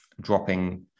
dropping